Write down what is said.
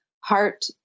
heart